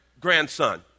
grandson